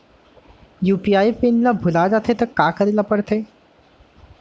UPI PIN ल भुला जाथे त का करे ल पढ़थे?